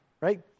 right